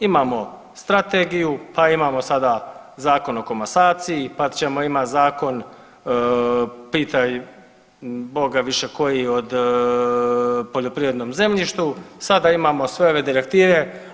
Imamo strategiju, a imamo sada Zakon o komasaciji, pa ćemo imat zakon pitaj Boga više koji o poljoprivrednom zemljištu, sada imamo sve ove direktive.